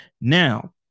now